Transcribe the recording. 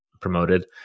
promoted